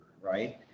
right